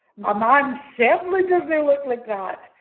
my man certainly doesn't look like that.